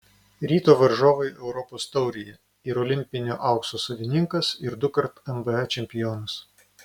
ryto varžovai europos taurėje ir olimpinio aukso savininkas ir dukart nba čempionas